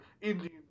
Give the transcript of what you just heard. Indian